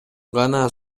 гана